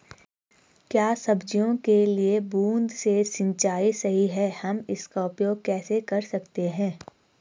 क्या सब्जियों के लिए बूँद से सिंचाई सही है हम इसका उपयोग कैसे कर सकते हैं?